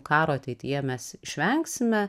karo ateityje mes išvengsime